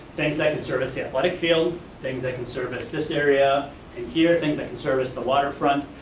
things that can service the athletic field, things that can service this area here, things that can service the waterfront,